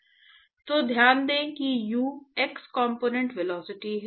तो ध्यान दें कि u x कॉम्पोनेन्ट वेलोसिटी है